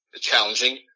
challenging